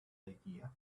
idea